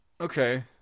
Okay